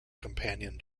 companion